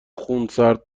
خونسرد